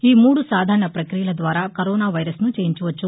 ఈ మూడు సాధారణ పక్రియల ద్వారా కరోనా వైరస్ను జయించవచ్చు